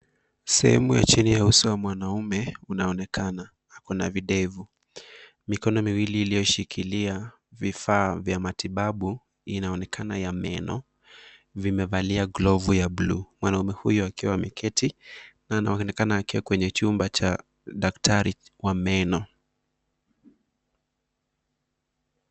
Sehemu ya chini ya uso wa mwanaume unaonekana na videvu. Mikono miwili iliyoshikilia vifaa vya matibabu inaonekana ya meno vimevalia glavu ya buluu. wanamume huyo akiwa ameketi na anaonekana akiwa kwenye chumba cha daktari wa meno.